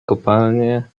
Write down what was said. kopalnie